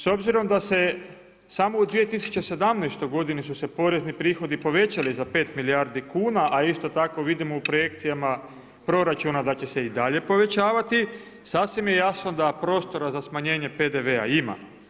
S obzirom da se samo u 2017. godini su se porezni prihodi povećali za pet milijardi kuna, a isto tako vidimo u projekcijama proračuna da će se i dalje povećavati, sasvim je jasno da prostora za smanjenje PDV-a ima.